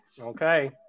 Okay